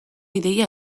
ideia